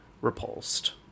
repulsed